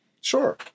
Sure